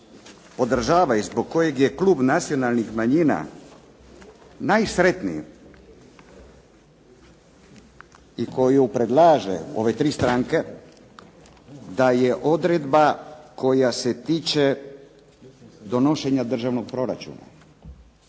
podržava i zbog koje je Klub nacionalnih manjina najsretniji i koju predlaže ove tri stranke da je odredba koja se tiče oko donošenja državnog proračuna.